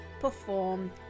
perform